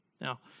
Now